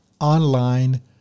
online